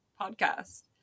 podcast